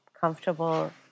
comfortable